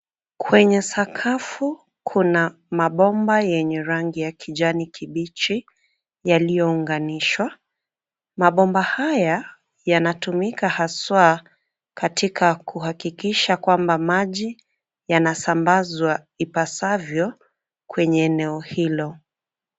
Kwenye sakafu, kuna mabomba yenye rangi ya kijani kibichi yaliyounganishwa. Mabomba haya yanatumika haswa katika kuhakikisha kwamba maji yanasambazwa ipasavyo kwenye eneo hilo.